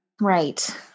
Right